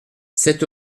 sept